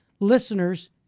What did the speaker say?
listeners